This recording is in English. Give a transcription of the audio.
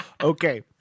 Okay